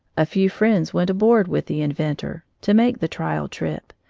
a few friends went aboard with the inventor, to make the trial trip,